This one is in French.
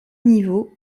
niveaux